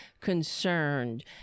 concerned